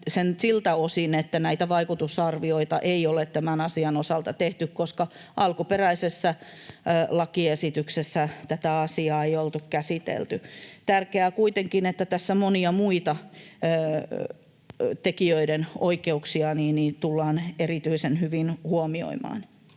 siltä osin, että näitä vaikutusarvioita ei ole tämän asian osalta tehty, koska alkuperäisessä lakiesityksessä tätä asiaa ei oltu käsitelty. Tärkeää on kuitenkin, että tässä monia muita tekijöiden oikeuksia tullaan erityisen hyvin huomioimaan.